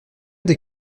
des